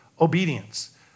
obedience